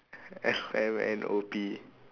M N O P